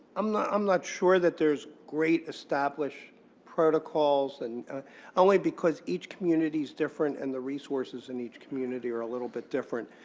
um i'm not sure that there's great established protocols, and only because each community is different and the resources in each community are a little bit different.